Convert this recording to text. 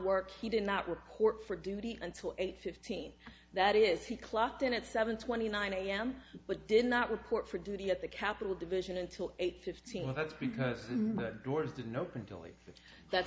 work he did not report for duty until eight fifteen that is he clocked in at seven twenty nine am but did not report for duty at the capital division until eight fifteen